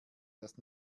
das